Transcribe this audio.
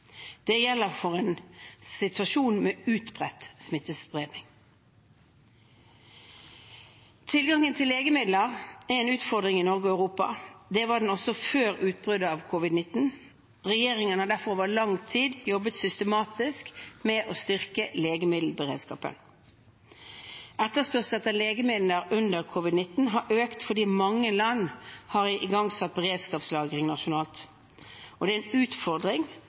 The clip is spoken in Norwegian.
Det gjelder for en situasjon med utbredt smittespredning. Tilgang til legemidler er en utfordring i Norge og Europa. Det var det også før utbruddet av covid-19. Regjeringen har derfor over lang tid jobbet systematisk med å styrke legemiddelberedskapen. Etterspørselen etter legemidler under covid-19 har økt fordi mange land har igangsatt beredskapslagring nasjonalt, og det er